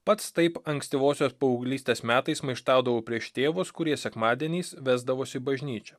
pats taip ankstyvosios paauglystės metais maištaudavau prieš tėvus kurie sekmadieniais vesdavosi į bažnyčią